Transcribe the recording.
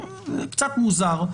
קצת מוזר.